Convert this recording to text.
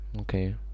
Okay